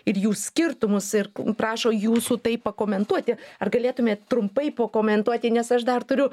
ir jų skirtumus ir prašo jūsų tai pakomentuoti ar galėtumėt trumpai pakomentuoti nes aš dar turiu